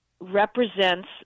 represents